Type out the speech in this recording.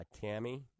Tammy